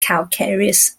calcareous